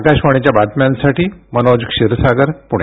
आकाशवाणीच्या बातम्यांसाठी मनोज क्षीरसागर पुणे